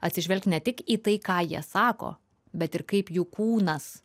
atsižvelgt ne tik į tai ką jie sako bet ir kaip jų kūnas